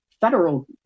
federal